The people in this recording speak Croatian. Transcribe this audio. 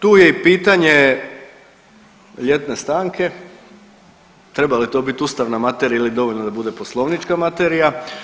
Tu je i pitanje ljetne stanke, trebala bi to biti ustavna materija ili je dovoljno da bude poslovnička materija.